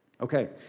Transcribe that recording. Okay